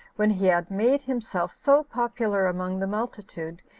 when he had made himself so popular among the multitude,